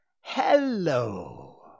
hello